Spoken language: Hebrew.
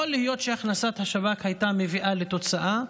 יכול להיות שהכנסת השב"כ הייתה מביאה לתוצאה,